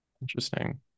interesting